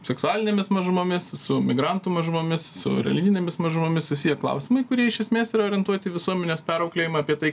seksualinėmis mažumomis su migrantų mažumomis su religinėmis mažumomis susiję klausimai kurie iš esmės yra orientuoti į visuomenės perauklėjimą apie tai